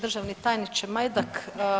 Državni tajniče Majdak.